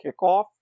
kickoff